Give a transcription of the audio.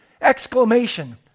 exclamation